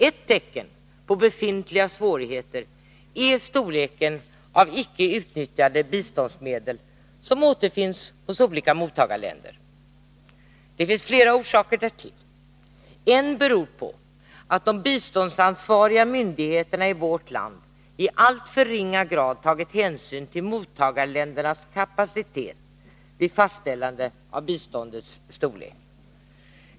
Ett tecken på befintliga svårigheter är storleken av icke utnyttjade biståndsmedel, som återfinns hos olika mottagarländer. Det finns flera orsaker därtill. En orsak är att de biståndsansvariga myndigheterna i vårt land i alltför ringa grad har tagit hänsyn till mottagarländernas kapacitet vid fastställandet av biståndets storlek.